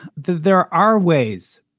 there are ways.